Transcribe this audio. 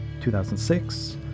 2006